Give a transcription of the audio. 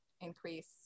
increase